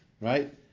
right